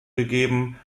gegeben